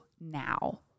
now